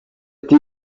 ati